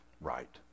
right